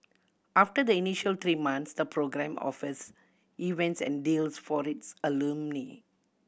after the initial three months the program offers events and deals for its alumni